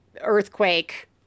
earthquake